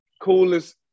coolest